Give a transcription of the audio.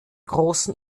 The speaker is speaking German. großen